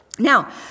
Now